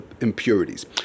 impurities